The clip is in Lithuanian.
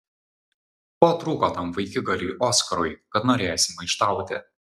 ko trūko tam vaikigaliui oskarui kad norėjosi maištauti